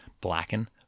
blacken